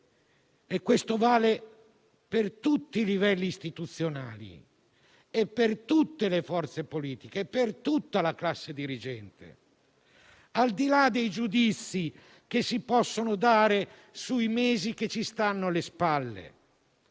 E questo vale per tutti i livelli istituzionali, per tutte le forze politiche, per l'intera classe dirigente, al di là dei giudizi che si possono esprimere sui mesi che sono alle nostre